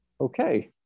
okay